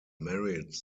married